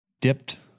dipped